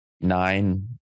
nine